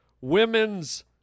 women's